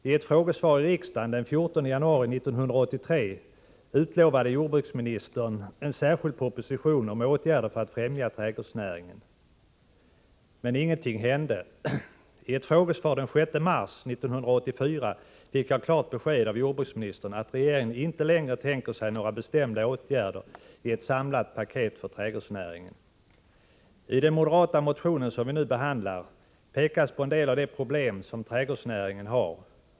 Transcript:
I ett frågesvar i riksdagen den 14 januari 1983 utlovade jordbruksministern en särskild proposition med förslag till åtgärder för att främja trädgårdsnäringen. Men ingenting hände. I ett frågesvar den 6 mars 1984 fick jag klart besked av jordbruksministern att regeringen inte längre tänker sig några bestämda åtgärder i ett samlat paket för trädgårdsnäringen. I den moderata motion som nu behandlas pekar vi motionärer på en del av de problem som trädgårdsnäringen har.